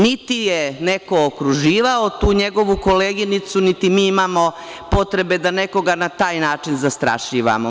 Niti je neko okruživao tu njegovu koleginicu, niti mi imamo potrebu da nekoga na taj način zastrašivamo.